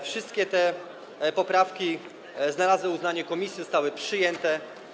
Wszystkie te poprawki znalazły uznanie komisji, zostały przyjęte.